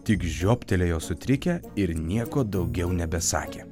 tik žioptelėjo sutrikę ir nieko daugiau nebesakė